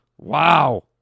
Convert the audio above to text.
Wow